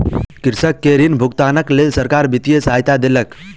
कृषक के ऋण भुगतानक लेल सरकार वित्तीय सहायता देलक